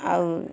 ଆଉ